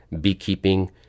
beekeeping